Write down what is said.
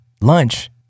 lunch